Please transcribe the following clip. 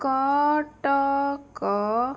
Cuttack